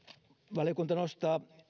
valiokunta nostaa